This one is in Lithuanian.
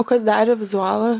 o kas darė vizualą